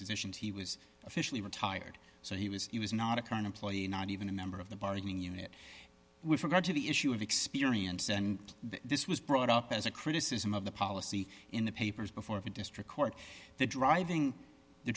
positions he was officially retired so he was he was not a current employee not even a member of the bargaining unit with regard to the issue of experience and this was brought up as a criticism of the policy in the papers before the district court the driving the